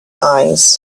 eyes